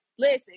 Listen